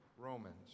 Romans